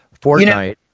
Fortnite